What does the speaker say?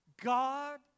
God